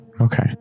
Okay